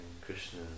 Krishna